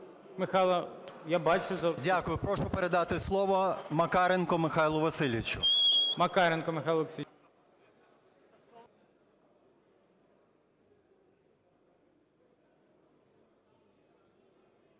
Дякую. Прошу передати слово Макаренку Михайлу Васильовичу.